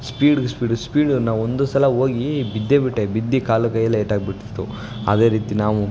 ಸ್ಪೀಡಿಗೆ speed speed ನಾವು ಒಂದು ಸಲ ಹೋಗಿ ಬಿದ್ದೇ ಬಿಟ್ಟೆ ಬಿದ್ದು ಕಾಲು ಕೈಯೆಲ್ಲಾ ಏಟಾಗ್ಬಿಟ್ಟಿತ್ತು ಅದೇ ರೀತಿ ನಾವು